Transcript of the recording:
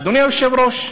אדוני היושב-ראש,